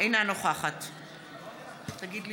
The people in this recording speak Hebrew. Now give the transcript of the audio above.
אינה נוכחת אני